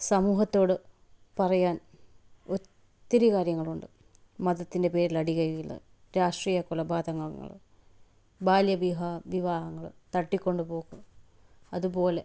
സമൂഹത്തോട് പറയാൻ ഒത്തിരി കാര്യങ്ങളുണ്ട് മതത്തിൻ്റെ പേരിൽ അടി കൈകൾ രാഷ്ട്രീയ കൊലപാതകങ്ങൾ ബാല്യവിഹാ വിവാഹങ്ങൾ തട്ടിക്കൊണ്ട് പോക്ക് അതുപോലെ